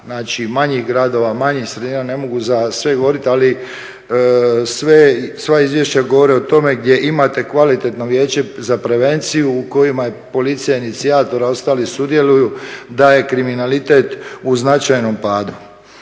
manjih gradova, manjih sredina, ne mogu za sve govoriti ali sva izvješća govore o tome gdje imate kvalitetno Vijeće za prevenciju u kojima je policija inicijator, a ostali sudjeluju da je kriminalitet u značajnom padu.